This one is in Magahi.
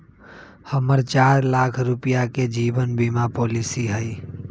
हम्मर चार लाख रुपीया के जीवन बीमा पॉलिसी हई